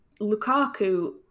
Lukaku